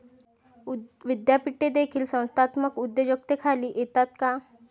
विद्यापीठे देखील संस्थात्मक उद्योजकतेखाली येतात का?